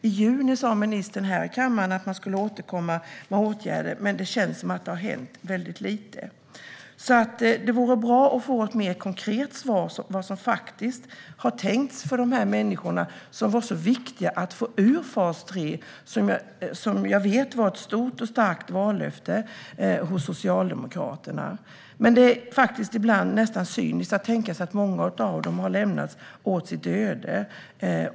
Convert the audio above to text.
I juni sa ministern här i kammaren att man skulle återkomma med åtgärder, men det känns som att det har hänt väldigt lite. Det vore bra att få ett mer konkret svar på vad som faktiskt har tänkts för de här människorna, som det var så viktigt att få ur fas 3, vilket jag vet var ett stort och starkt vallöfte från Socialdemokraterna. Det är nästan cyniskt att många av dem har lämnats åt sitt öde.